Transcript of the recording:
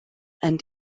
and